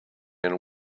and